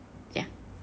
ya